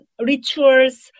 rituals